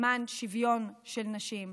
למען שוויון של נשים.